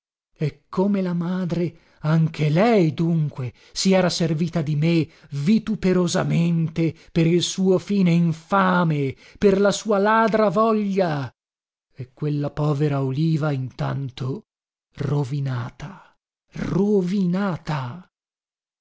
e come la madre anche lei dunque si era servita di me vituperosamente per il suo fine infame per la sua ladra voglia e quella povera oliva intanto rovinata rovinata